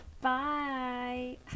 bye